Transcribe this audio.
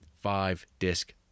five-disc